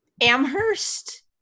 Amherst